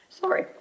Sorry